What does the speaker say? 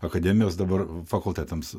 akademijos dabar fakultetams